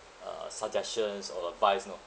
uh suggestions or advice you know